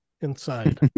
inside